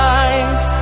eyes